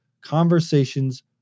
conversations